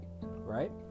right